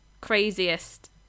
craziest